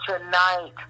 tonight